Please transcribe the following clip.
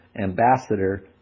ambassador